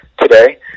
today